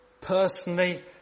personally